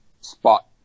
spot